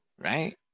right